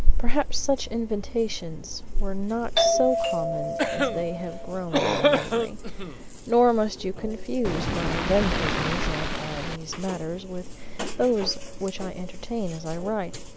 perhaps such invitations were not so common as they have grown in my memory nor must you confuse my then feelings on all these matters with those which i entertain as i write.